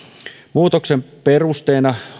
muutoksen perusteena